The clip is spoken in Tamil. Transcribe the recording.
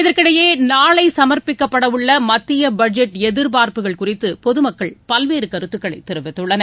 இதற்கிடையேநாளைசமர்ப்பிக்கப்படவுள்ளமத்தியபட்ஜெட் எதிர்பார்ப்புகள் குறித்தபொதுமக்கள் பல்வேறுகருத்துக்களைதெரிவித்துள்ளனர்